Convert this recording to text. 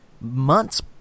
months